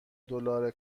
دلار